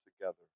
together